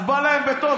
אז בא להם בטוב,